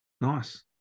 Nice